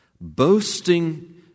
Boasting